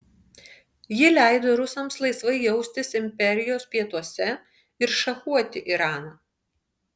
ji leido rusams laisvai jaustis imperijos pietuose ir šachuoti iraną